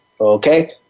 okay